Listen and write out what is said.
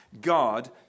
God